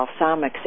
balsamics